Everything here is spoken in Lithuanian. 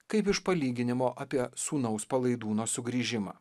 kaip iš palyginimo apie sūnaus palaidūno sugrįžimą